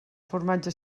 formatge